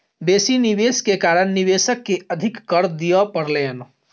बेसी निवेश के कारण निवेशक के अधिक कर दिअ पड़लैन